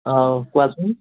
অ' কোৱাচোন